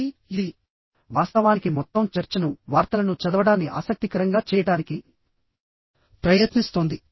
కాబట్టి ఇదివాస్తవానికి మొత్తం చర్చను వార్తలను చదవడాన్ని ఆసక్తికరంగా చేయడానికి ప్రయత్నిస్తోంది